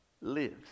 lives